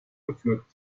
gepflückt